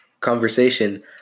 Conversation